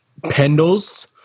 Pendles